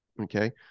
Okay